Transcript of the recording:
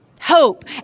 Hope